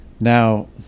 Now